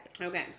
Okay